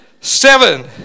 seven